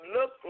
look